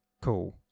cool